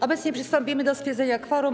Obecnie przystąpimy do stwierdzenia kworum.